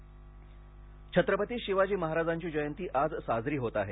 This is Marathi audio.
शिवजयंती छत्रपती शिवाजी महाराजांची जयंती आज साजरी होत आहे